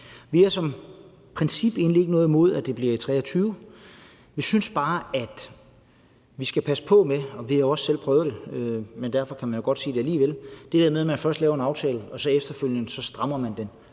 Vi har i princippet egentlig ikke noget imod, at det bliver i 2023. Vi synes bare, vi skal passe på med det her med – vi har også selv prøvet det, men derfor kan man jo alligevel godt sige det – at man først laver en aftale og så efterfølgende strammer den